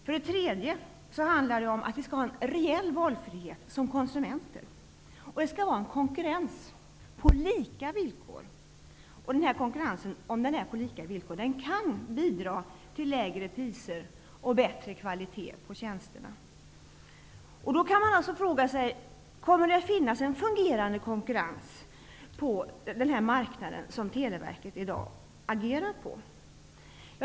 För det tredje skall vi som konsumenter ha en reell valfrihet. Det skall vara konkurrens på lika villkor. En konkurrens på lika villkor kan bidra till lägre priser och bättre kvalitet på tjänsterna. Man kan fråga sig: Kommer det att finnas en fungerande konkurrens på den marknad som Televerket i dag agerar på?